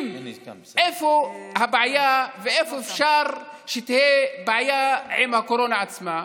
איפה הבעיה ואיפה אפשר שתהיה בעיה עם הקורונה עצמה?